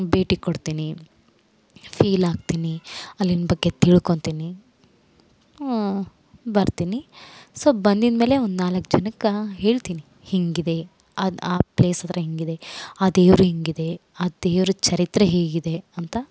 ಭೇಟಿ ಕೊಡ್ತಿನಿ ಫೀಲ್ ಆಗ್ತಿನಿ ಅಲ್ಲಿನ ಬಗ್ಗೆ ತಿಳ್ಕೊತಿನಿ ಬರ್ತಿನಿ ಸೊ ಬಂದಿನಿ ಮೇಲೆ ಒಂದು ನಾಲ್ಕು ಜನಕ್ಕೆ ಹೇಳ್ತಿನಿ ಹಿಂಗೆ ಇದೆ ಅದು ಆ ಪ್ಲೇಸ್ ಹತ್ತಿರ ಹಿಂಗಿದೆ ಆ ದೇವರು ಹಿಂಗೆ ಇದೆ ಆ ದೇವರು ಚರಿತ್ರೆ ಹೀಗೆ ಇದೆ ಅಂತ